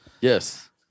yes